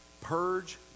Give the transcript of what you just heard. Purge